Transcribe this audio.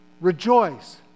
Rejoice